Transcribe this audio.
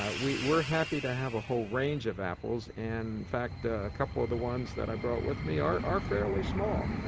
ah we're we're happy to have a whole range of apples, and ah a couple of the ones that i brought with me are are fairly small.